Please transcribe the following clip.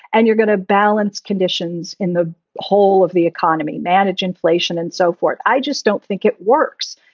and you're going to balance conditions in the whole of the economy. manage inflation and so forth. i just don't think it works.